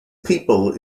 people